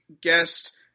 guest